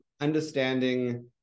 understanding